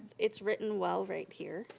it's written well right here,